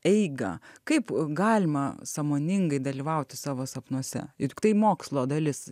eigą kaip galima sąmoningai dalyvauti savo sapnuose ir mokslo dalis